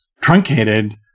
truncated